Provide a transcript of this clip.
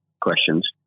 questions